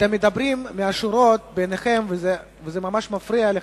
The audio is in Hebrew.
אתם מדברים מהשורות וזה ממש מפריע להורוביץ.